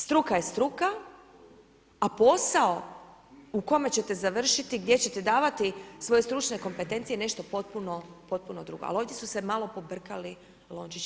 Struka je struka, a posao u kome ćete završiti gdje ćete davati svoje stručne kompetencije je nešto potpuno drugo ali ovdje su se malo pobrkali lončići.